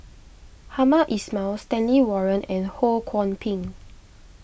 Hamed Ismail Stanley Warren and Ho Kwon Ping